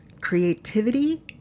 creativity